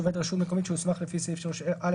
עובד רשות מקומית שהוסמך לפי סעיף 3(א)